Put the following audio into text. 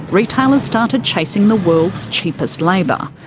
retailers started chasing the world's cheapest labour,